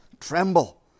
tremble